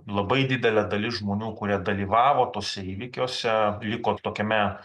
labai didelė dalis žmonių kurie dalyvavo tuose įvykiuose liko tokiame